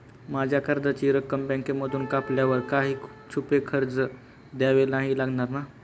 माझ्या कर्जाची रक्कम बँकेमधून कापल्यावर काही छुपे खर्च द्यावे नाही लागणार ना?